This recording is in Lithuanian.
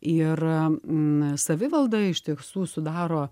ir savivaldą iš tiesų sudaro